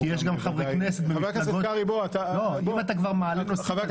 אם אתה כבר מעלה את הנושא,